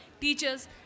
teachers